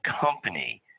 company